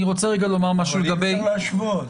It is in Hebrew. אבל אי אפשר להשוות.